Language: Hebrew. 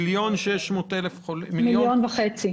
1.5 מיליון,